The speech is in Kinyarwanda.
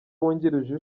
wungirije